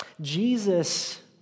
Jesus